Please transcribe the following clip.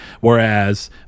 Whereas